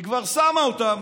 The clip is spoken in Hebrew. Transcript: היא כבר שמה אותן,